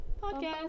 Podcast